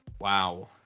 Wow